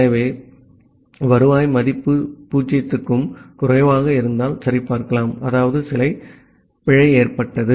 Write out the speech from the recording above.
ஆகவே அதனால்தான் வருவாய் மதிப்பு 0 க்கும் குறைவாக இருந்தால் சரிபார்க்கலாம் அதாவது சில பிழை ஏற்பட்டது